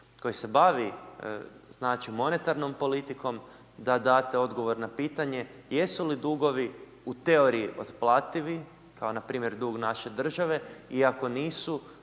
koji se bavi, znači, monetarnom politikom, da date odgovor na pitanje, jesu li dugovi, u teoriji, otplativi, kao na primjer dug naše države, i ako nisu,